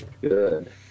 Good